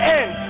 end